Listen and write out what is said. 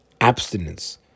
Abstinence